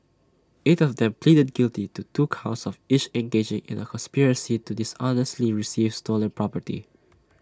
eight of them pleaded guilty to two counts of each engaging in A conspiracy to dishonestly receive stolen property